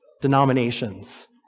denominations